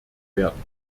werden